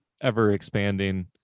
ever-expanding